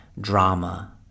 drama